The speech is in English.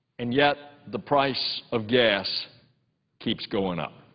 and yet the price of gas keeps going up.